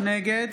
נגד